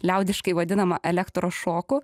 liaudiškai vadinamą elektrošoku